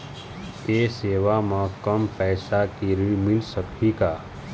ये सेवा म कम पैसा के ऋण मिल सकही का?